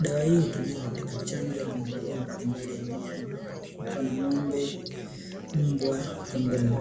Dawa hii hutumika katika chanjo na matibabu mbalimbali ya wanyama, Kwa mfano ng'ombe, mbwa, kondoo.